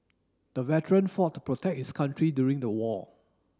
the veteran fought to protect his country during the war